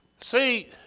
See